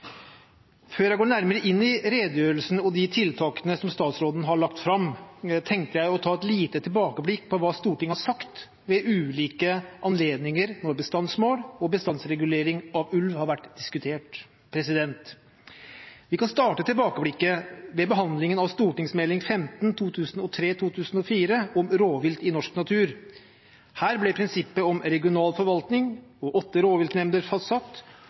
Før jeg går nærmere inn i redegjørelsen og de tiltakene som statsråden har lagt fram, tenkte jeg å ta et lite tilbakeblikk på hva Stortinget har sagt ved ulike anledninger når bestandsmål og bestandsregulering av ulv har vært diskutert. Vi kan starte tilbakeblikket ved behandlingen av St.meld. nr. 15 for 2003–2004, Rovvilt i norsk natur. Her ble prinsippet om regional forvaltning og åtte rovviltnemnder fastsatt,